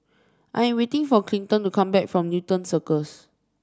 I am waiting for Clinton to come back from Newton Circus